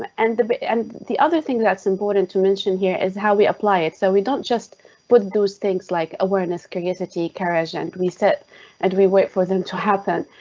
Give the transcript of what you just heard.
and the but and the other thing that's important to mention here is how we apply it. so we don't just put those things like awareness, curiosity, carriage and we set and we wait for them to happen.